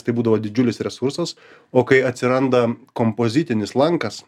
tai būdavo didžiulis resursas o kai atsiranda kompozitinis lankas